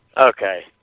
Okay